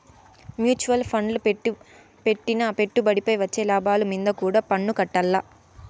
mutual ఫండ్ల పెట్టిన పెట్టుబడిపై వచ్చే లాభాలు మీంద కూడా పన్నుకట్టాల్ల